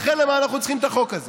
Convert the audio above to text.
לכן, למה אנחנו צריכים את החוק הזה?